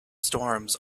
storms